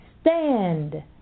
stand